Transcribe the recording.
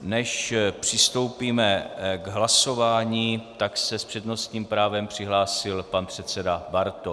Než přistoupíme k hlasování, tak se s přednostním právem přihlásil pan předseda Bartoš.